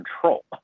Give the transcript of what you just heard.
control